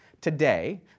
Today